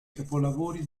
capolavori